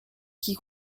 qui